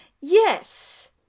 Yes